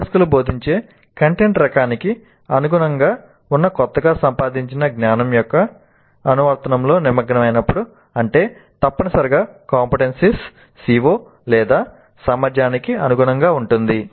అభ్యాసకులు బోధించే కంటెంట్ రకానికి అనుగుణంగా ఉన్న కొత్తగా సంపాదించిన జ్ఞానం యొక్క అనువర్తనంలో నిమగ్నమైనప్పుడు అంటే తప్పనిసరిగా CO లేదా సామర్థ్యానికి అనుగుణంగా ఉంటుంది